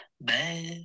bye